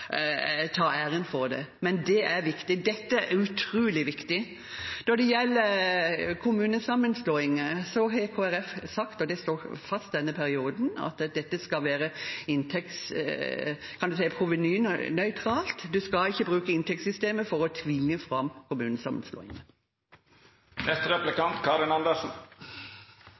æren for det. Men det er viktig. Dette er utrolig viktig. Når det gjelder kommunesammenslåinger, har Kristelig Folkeparti sagt – og det står fast i denne perioden – at det skal være provenynøytralt. Man skal ikke bruke inntektssystemet for å tvinge fram